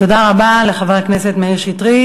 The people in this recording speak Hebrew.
תודה רבה לחבר הכנסת מאיר שטרית.